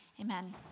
Amen